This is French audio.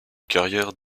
carrière